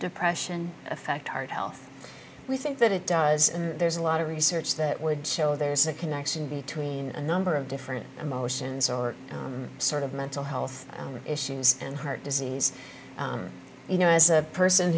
depression affect our health we think that it does and there's a lot of research that would show there's a connection between a number of different emotions or sort of mental health issues and heart disease you know as a person